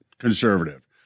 Conservative